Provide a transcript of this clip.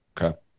Okay